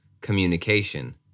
communication